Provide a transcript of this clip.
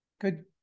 Good